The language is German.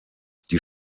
die